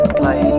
play